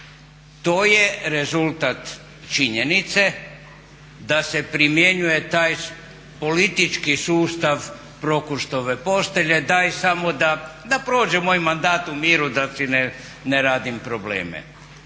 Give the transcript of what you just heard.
To je rezultat činjenice da se primjenjuje taj politički sustav prokurštove postelje, daj samo da prođe moj mandat u miru, da ti ne radim probleme.